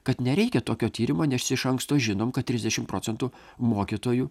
kad nereikia tokio tyrimo nes iš anksto žinom kad trisdešimt procentų mokytojų